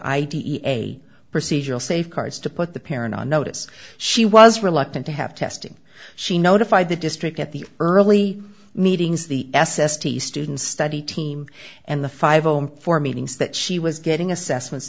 id a procedural safeguards to put the parent on notice she was reluctant to have testing she notified the district at the early meetings the s s t students study team and the five zero four meetings that she was getting assessments